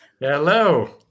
Hello